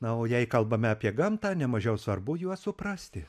na o jei kalbame apie gamtą ne mažiau svarbu juos suprasti